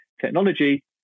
technology